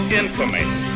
infamy